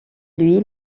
lui